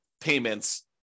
payments